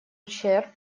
ущерб